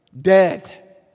Dead